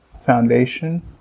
foundation